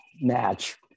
match